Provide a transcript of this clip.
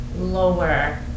lower